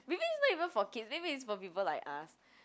maybe is not even for kids maybe is for people like us